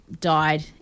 died